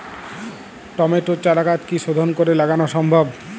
টমেটোর চারাগাছ কি শোধন করে লাগানো সম্ভব?